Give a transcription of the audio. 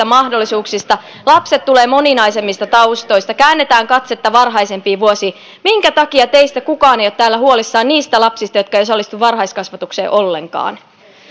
mahdollisuuksista lapset tulevat moninaisemmista taustoista käännetään katsetta varhaisempiin vuosiin minkä takia teistä kukaan ei ole täällä huolissaan niistä lapsista jotka eivät osallistu varhaiskasvatukseen ollenkaan